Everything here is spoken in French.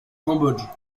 cambodge